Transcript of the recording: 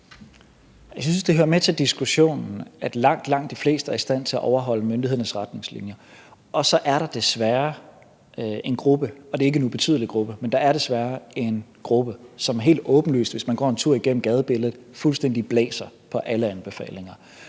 Jeg synes, det hører med til diskussionen, at langt, langt de fleste er i stand til at overholde myndighedernes retningslinjer. Og så er der desværre en gruppe, og det er ikke en ubetydelig gruppe. Der er desværre en gruppe, som helt åbenlyst, hvis man går en tur igennem gadebilledet, fuldstændig blæser på alle anbefalinger.